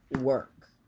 work